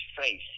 face